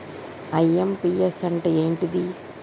IMPS అంటే ఏంటిది?